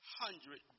hundred